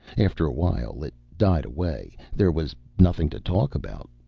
after a while it died away. there was nothing to talk about.